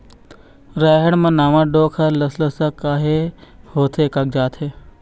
रहेड़ म नावा डोंक हर लसलसा काहे होथे कागजात हे?